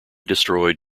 destroyed